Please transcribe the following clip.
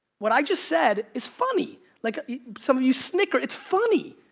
what i just said is funny. like some of you snicker, its funny.